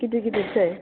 गिदिर गिदिरसै